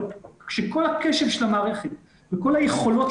אבל כשכל הקשב של המערכת וכל היכולות